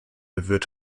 wird